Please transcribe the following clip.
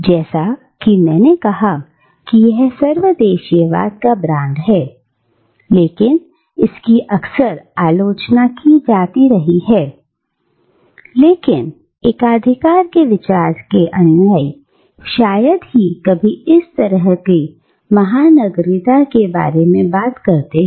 जैसा कि मैंने कहा कि यह सर्वदेशीयता का ब्रांड है हालांकि इसकी अक्सर आलोचना की जाती रही है लेकिन एकाधिकार के विचार के अनुयाई शायद ही कभी इस तरह के महानगरीयता के बारे में बात करते हैं